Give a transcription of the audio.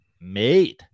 made